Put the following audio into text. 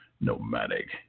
Nomadic